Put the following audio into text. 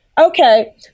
Okay